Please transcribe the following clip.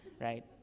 right